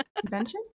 Convention